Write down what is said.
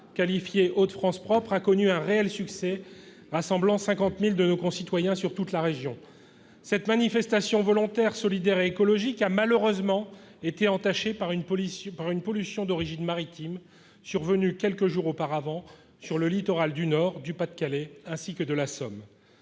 appelée « Hauts-de-France propres », a connu un réel succès, rassemblant 50 000 de nos concitoyens sur toute la région. Cette manifestation volontaire, solidaire et écologique a malheureusement été entachée par une pollution d'origine maritime, survenue quelques jours auparavant, sur le littoral du Nord, du Pas-de-Calais et de la Somme.